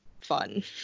fun